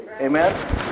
amen